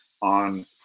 on